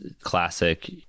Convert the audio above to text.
classic